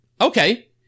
okay